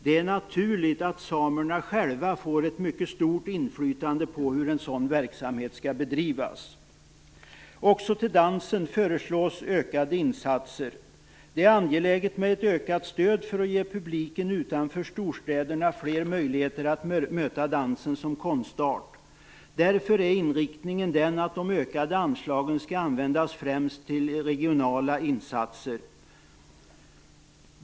Det är naturligt att samerna själva får ett mycket stort inflytande över hur en sådan verksamhet skall bedrivas. Också till dansen föreslås ökade insatser. Det är angeläget med ett ökat stöd för att ge publiken utanför storstäderna fler möjligheter att möta dansen som konstart. Därför är inriktningen att de ökade anslagen främst skall användas till regionala insatser.